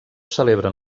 celebren